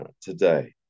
today